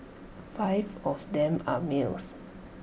five of them are males